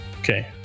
Okay